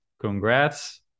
Congrats